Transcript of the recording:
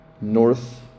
north